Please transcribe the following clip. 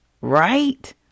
right